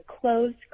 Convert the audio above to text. closed